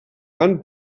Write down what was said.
van